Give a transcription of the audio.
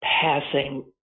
passing